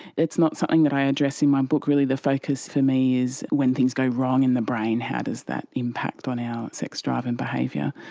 it's not something that i address in my book. really the focus for me is when things go wrong in the brain, how does that impact on our sex drive and behaviour.